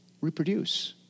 reproduce